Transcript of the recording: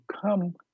come